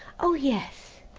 oh, yes.